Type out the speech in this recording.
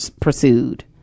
pursued